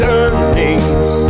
earnings